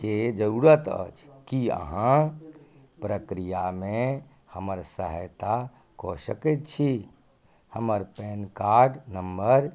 के जरूरत अछि की अहाँ प्रक्रियामे हमर सहायताके सकैत छी हमर पैन कार्ड नम्बर